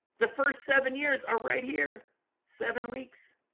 the first seven years are right here seven weeks